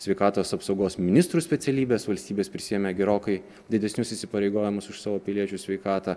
sveikatos apsaugos ministrų specialybės valstybės prisiėmė gerokai didesnius įsipareigojimus už savo piliečių sveikatą